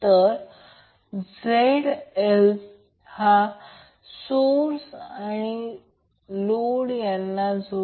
आता आपण Y connected load पाहू